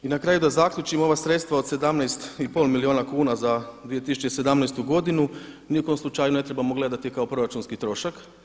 I na kraju da zaključim, ova sredstva od 17 i pol milijuna kuna za 2017. godinu ni u kom slučaju ne trebamo gledati kao proračunski trošak.